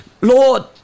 Lord